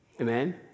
Amen